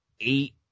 Eight